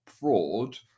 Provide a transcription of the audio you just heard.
fraud